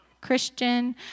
Christian